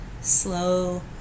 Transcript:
Slow